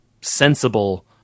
sensible